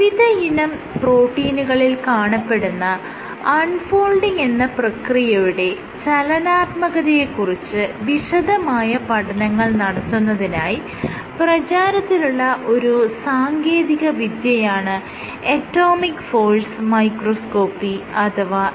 വിവിധയിനം പ്രോട്ടീനുകളിൽ കാണപ്പെടുന്ന അൺ ഫോൾഡിങ് എന്ന പ്രക്രിയയുടെ ചലനാത്മകതയെ കുറിച്ച് വിശദമായ പഠനങ്ങൾ നടത്തുന്നതിനായി പ്രചാരത്തിലുള്ള ഒരു സാങ്കേതിക വിദ്യയാണ് അറ്റോമിക് ഫോഴ്സ് മൈക്രോസ്കോപ്പി അഥവാ AFM